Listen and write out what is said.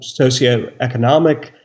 socioeconomic